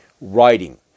writing